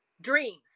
dreams